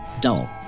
dull